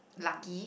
lucky